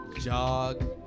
Jog